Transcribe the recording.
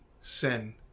sin